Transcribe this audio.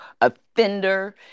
offender